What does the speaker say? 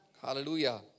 Hallelujah